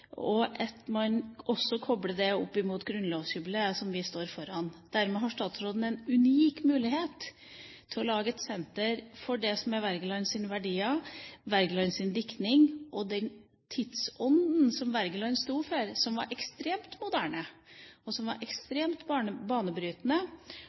også koble det opp imot grunnlovsjubileet som vi står foran. Dermed har statsråden en unik mulighet til å lage et senter for det som var Wergelands verdier, Wergelands diktning og den tidsånden som Wergeland sto for, som var ekstremt moderne, som var ekstremt banebrytende, og som